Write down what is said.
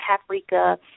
paprika